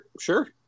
Sure